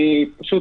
אני פשוט